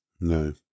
No